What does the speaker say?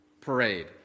parade